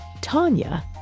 Tanya